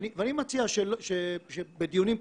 אני מציע שבדיונים כאלה,